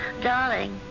Darling